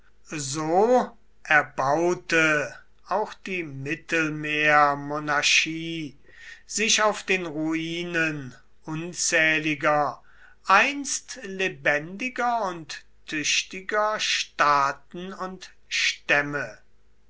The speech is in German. so erbaute auch die mittelmeermonarchie sich auf den ruinen unzähliger einst lebendiger und tüchtiger staaten und stämme